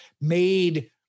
made